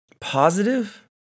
positive